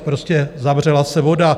Prostě zavřela se voda.